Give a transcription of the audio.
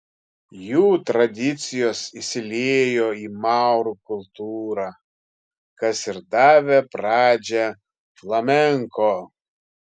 jų tradicijos įsiliejo į maurų kultūrą kas ir davė pradžią flamenko